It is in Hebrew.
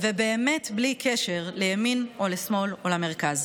ובאמת בלי קשר לימין, לשמאל או למרכז.